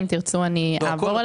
אם תרצו אעבור עליהן.